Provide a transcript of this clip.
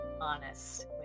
honest